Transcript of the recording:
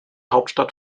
hauptstadt